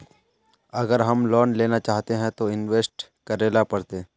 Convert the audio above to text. अगर हम लोन लेना चाहते तो केते इंवेस्ट करेला पड़ते?